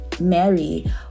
mary